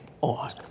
on